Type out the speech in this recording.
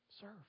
Serve